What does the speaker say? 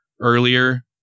earlier